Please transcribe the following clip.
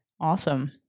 Awesome